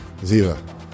Ziva